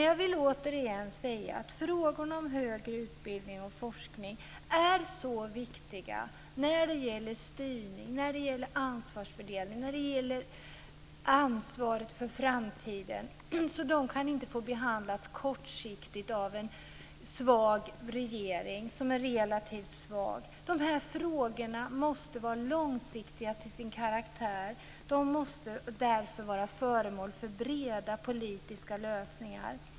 Jag vill återigen säga att frågorna om högre utbildning och forskning är så viktiga när det gäller styrning, när det gäller ansvarsfördelning och när det gäller ansvaret för framtiden att de inte kan få behandlas kortsiktigt av en regering som är relativt svag. Dessa frågor måste vara långsiktiga till sin karaktär. De måste därför vara föremål för breda politiska lösningar.